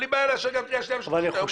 אין לי בעיה לאשר גם קריאה שנייה ושלישית,